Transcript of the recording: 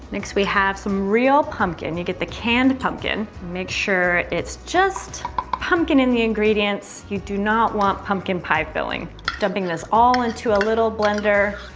next, we have some real pumpkin, you get the canned pumpkin. make sure it's just pumpkin in the ingredients, you do not want pumpkin pie filling dumping this all into a little blender.